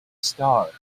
star